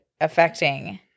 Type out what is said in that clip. affecting